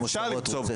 ואפשר למצוא פשרות.